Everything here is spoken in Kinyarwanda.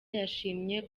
yashimye